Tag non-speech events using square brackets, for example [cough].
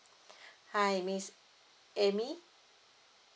[breath] hi miss amy